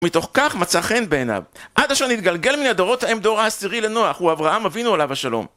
מתוך כך מצא חן בעיניו, עד אשר נתגלגל מהדורות ההם דור העשירי לנוח, הוא אברהם אבינו עליו השלום.